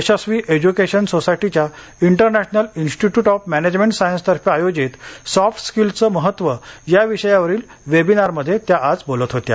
यशस्वी education सोसायटीच्या international institute of management science तर्फे आयोजित सॉफ्ट स्किल्सचे महत्त्व या विषयावरील वेबिनारमध्ये त्या आज बोलत होत्या